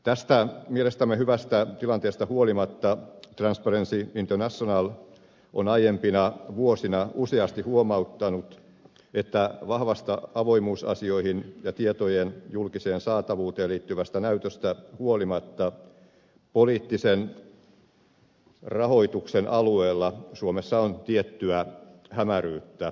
tästä mielestämme hyvästä tilanteesta huolimatta transparency international on aiempina vuosina useasti huomauttanut että vahvasta avoimuusasioihin ja tietojen julkiseen saatavuuteen liittyvästä näytöstä huolimatta poliittisen rahoituksen alueella suomessa on tiettyä hämäryyttä